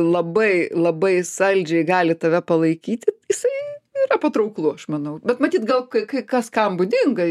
labai labai saldžiai gali tave palaikyti jisai yra patrauklu aš manau bet matyt gal kai kas kam būdinga